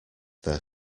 their